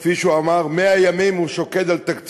כפי שהוא אמר: 100 ימים הוא שוקד על תקציב,